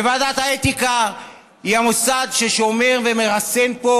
ועדת האתיקה היא המוסד ששומר ומרסן פה